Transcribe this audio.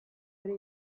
hori